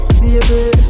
baby